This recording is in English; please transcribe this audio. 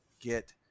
get